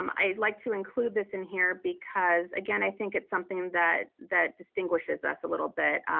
um i'd like to include this in here because again i think it's something that that distinguishes us a little bit.